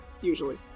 Usually